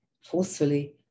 forcefully